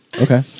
Okay